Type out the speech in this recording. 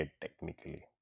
technically